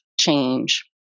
change